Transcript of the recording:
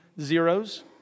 zeros